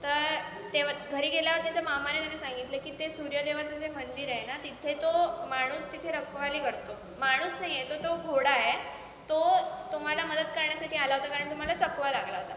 तर तेव्हा घरी गेल्यावर त्याच्या मामाने त्याना सांगितलं की ते सूर्यदेवाचं जे मंदिर आहे ना तिथे तो माणूस तिथे रखवाली करतो माणूस नाही आहे तर तो घोडा आहे तो तुम्हाला मदत करण्यासाठी आला होता कारण तुम्हाला चकवा लागला होता